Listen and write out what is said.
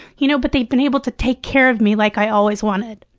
you know but they've been able to take care of me like i always wanted.